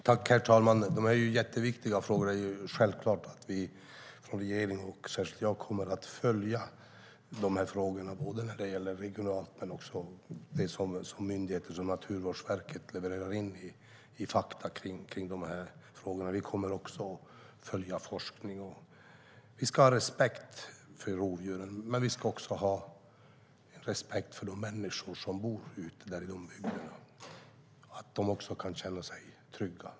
Herr talman! De här är jätteviktiga frågor, och självklart kommer jag och regeringen att följa dem regionalt och också ta till oss de fakta som myndigheter som Naturvårdsverket levererar. Vi kommer även att följa forskningen. Vi ska ha respekt för rovdjuren, men vi ska också ha respekt för de människor som bor ute i bygder där rovdjuren finns. Dessa människor ska kunna känna sig trygga.